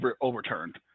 overturned